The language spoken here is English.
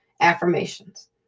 Affirmations